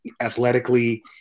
athletically